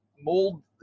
mold